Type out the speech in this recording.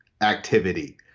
activity